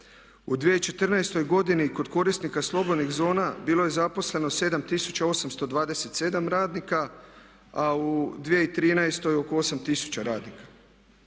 U 2014. godini kod korisnika slobodnih zona bilo je zaposleno 7827 radnika, a u 2013 oko 8000 radnika.